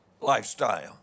lifestyle